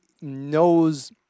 knows